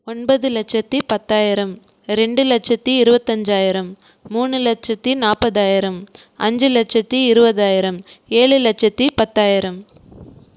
ஒன்பது லட்சத்தி பத்தாயிரம் ரெண்டு லட்சத்தி இருபத்தஞ்சாயிரம் மூணு லட்சத்தி நாற்பதாயிரம் அஞ்சு லட்சத்தி இருபதாயிரம் ஏழு லட்சத்தி பத்தாயிரம்